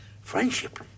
Friendship